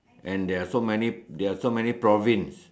and they are so many they have so many province